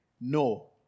no